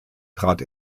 trat